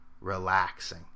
relaxing